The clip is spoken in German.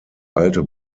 alte